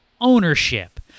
ownership